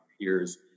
peers